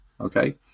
Okay